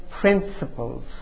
principles